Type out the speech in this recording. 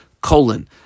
colon